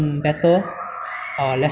some countries like london or like